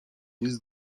nic